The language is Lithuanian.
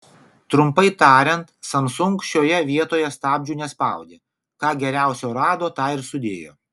trumpai tariant samsung šioje vietoje stabdžių nespaudė ką geriausio rado tą ir sudėjo